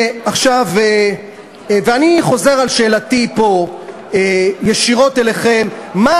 אני חוזר על שאלתי פה ישירות אליכם: מה